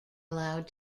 allowed